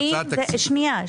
שנייה.